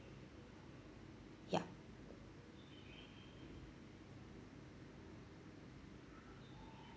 yup